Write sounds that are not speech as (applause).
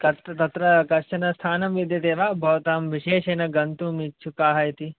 (unintelligible) तत्र कश्चन स्थानम् विद्यते वा भवतां विशेषेण गन्तुम् इच्छुकाः इति